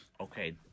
Okay